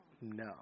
No